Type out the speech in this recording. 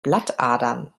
blattadern